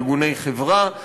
ארגוני חברה,